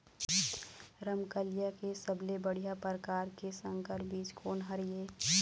रमकलिया के सबले बढ़िया परकार के संकर बीज कोन हर ये?